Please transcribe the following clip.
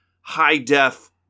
high-def